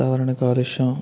వాతావరణ కాలుష్యం